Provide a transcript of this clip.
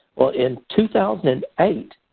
well, in two thousand and eight,